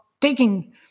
taking